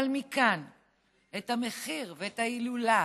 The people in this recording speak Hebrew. אבל מכאן עד למחיר ולהילולה